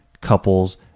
couples